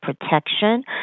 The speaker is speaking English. protection